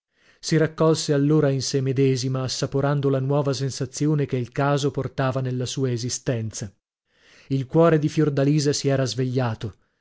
si raccolse allora in sè medesima assaporando la nuova sensazione che il caso portava nella sua esistenza il cuore di fiordalisa si era svegliato